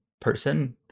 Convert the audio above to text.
person